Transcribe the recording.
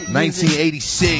1986